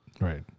right